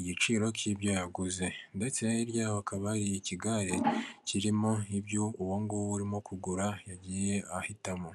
igiciro cy'ibyo yaguze. Ndetse hirya yaho hakaba hari ikigare kirimo ibyo uwonguwo urimo kugura yagiye ahitamo.